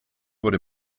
wurde